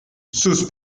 sus